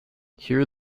here